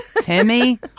Timmy